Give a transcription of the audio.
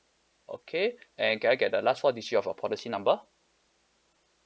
okay and can I get the last four digit of your policy number